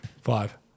Five